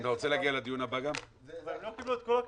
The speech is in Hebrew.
אבל הם לא קיבלו את כל הכסף.